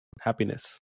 happiness